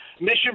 Mission